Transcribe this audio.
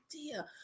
idea